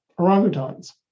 orangutans